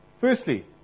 firstly